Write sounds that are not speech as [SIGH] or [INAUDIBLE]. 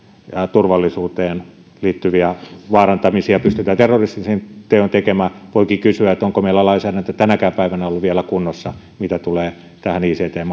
turvallisuuteen liittyviä vaarantamisia pystytään terroristisin teoin tekemään voikin kysyä onko meillä lainsäädäntö tänäkään päivänä ollut vielä kunnossa mitä tulee tähän ict [UNINTELLIGIBLE]